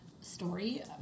story